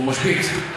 הוא משבית.